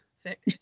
thick